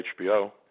HBO